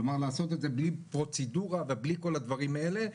כלומר לעשות את זה בלי פרוצדורה ובלי כל הדברים האלה.